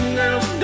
girls